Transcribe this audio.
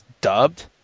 dubbed